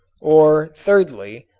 or, thirdly,